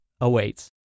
awaits